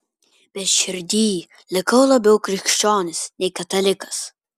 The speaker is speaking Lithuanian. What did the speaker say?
bet širdyj likau labiau krikščionis nei katalikas